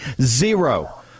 Zero